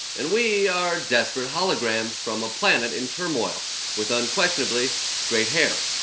and we are desperate holograms from a planet in turmoil with unquestionably great hair.